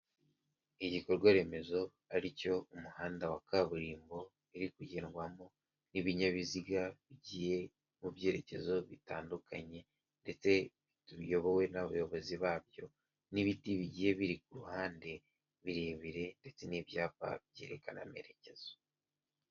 Igikorwaremezo ari cyo umuhanda wa kaburimbo, uri kugendwamo n'ibinyabiziga bigiye mu byerekezo bitandukanye ndetse biyobowe n'abayobozi babyo n'ibiti bigiye biri ku ruhande birebire ndetse n'ibyapa byerekana amerekezo.